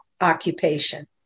occupation